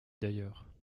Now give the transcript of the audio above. d’ailleurs